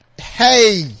Hey